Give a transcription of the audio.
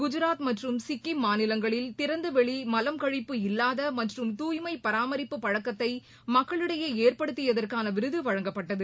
குஜராத் மற்றும் சிக்கிம் மாநிலங்களில் திறந்த வெளி மலம் கழிப்பு இல்லாத மற்றும் தூய்மை பராமரிப்பு பழக்கத்தை மக்களிடையே ஏற்படுத்தியதற்கான விருது வழங்கப்பட்டது